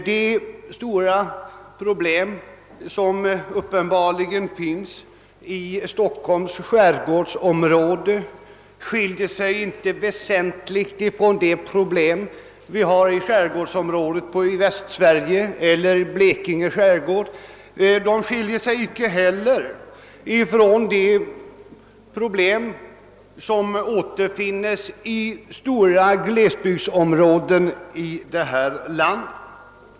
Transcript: De stora problem som uppenbarligen finns i Stockholms skärgårdsområde skiljer sig inte väsentligt från de problem som vi har i skärgårdsområdet i västra Sverige eller i Blekinge skärgård. De skiljer sig icke heller från de problem som återfinns i stora glesbygdsområden i detta land.